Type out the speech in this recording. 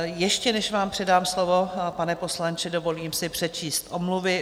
Ještě než vám předám slovo, pane poslanče, dovolím si přečíst omluvy.